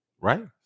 right